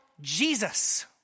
Jesus